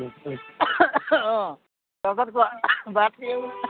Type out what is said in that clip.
অঁ তাৰছত কোৱা ভাত